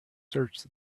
search